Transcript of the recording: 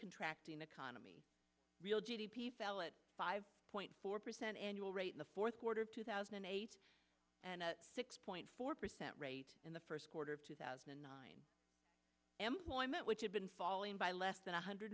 contract in economy real g d p fell at five point four percent annual rate in the fourth quarter of two thousand and eight and a six point four percent rate in the first quarter of two thousand and nine employment which had been falling by less than one hundred